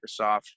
Microsoft